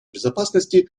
безопасности